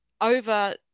over